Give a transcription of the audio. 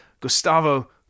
Gustavo